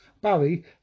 Barry